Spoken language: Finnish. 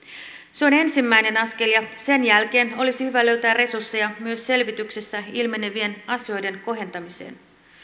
se on ensimmäinen askel ja sen jälkeen olisi hyvä löytää resursseja myös selvityksessä ilmenevien asioiden kohentamiseen